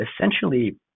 essentially